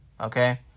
Okay